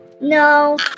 No